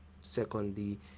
secondly